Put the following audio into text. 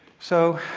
so